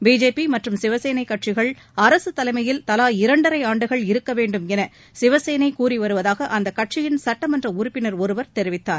BJP மற்றும் சிவசேனை கட்சிகள் அரசு தலைமையில் தலா இரண்டரை ஆண்டுகள் இருக்க வேண்டும் என சிவசேனை கூறி வருவதாக அந்தக் கட்சியின் சுட்டமன்ற உறுப்பினர் ஒருவர் தெரிவித்தார்